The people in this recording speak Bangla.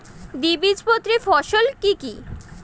দ্বিবীজপত্রী ফসল কি কি?